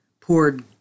poured